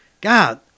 God